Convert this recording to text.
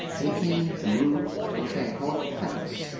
eighteen rue d'autancourt, paris.